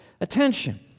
attention